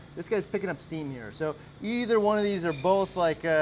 this guy's pickin' up steam here, so either one of these or are both like,